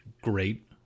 Great